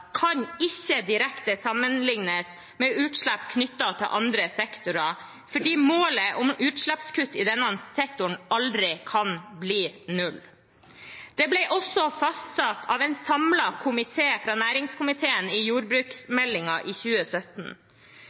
kan ikke direkte sammenlignes med utslipp knyttet til andre sektorer, fordi målet om utslippskutt i denne sektoren aldri kan bli null. Det ble også fastsatt av en samlet næringskomité i forbindelse med jordbruksmeldingen i 2017.